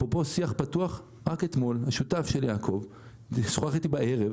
אפרופו שיח פתוח - רק אתמול השותף של יעקב שוחח איתי בערב,